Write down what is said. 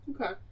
Okay